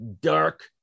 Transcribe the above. dark